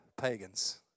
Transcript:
pagans